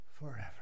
forever